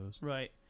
Right